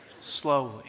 slowly